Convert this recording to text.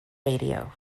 radio